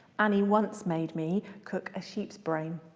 annie once made me cook a sheep's brain.